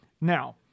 Now